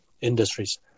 industries